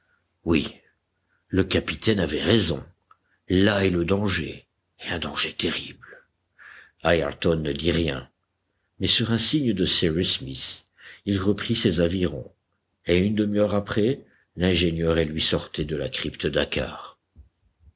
oui le capitaine avait raison là est le danger et un danger terrible ayrton ne dit rien mais sur un signe de cyrus smith il reprit ses avirons et une demi-heure après l'ingénieur et lui sortaient de la crypte dakkar